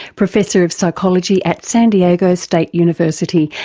professor of psychology at san diego state university,